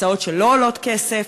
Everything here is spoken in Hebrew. הצעות שלא עולות כסף,